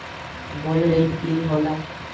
Gold ऋण की होला?